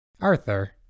Arthur